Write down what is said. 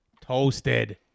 Toasted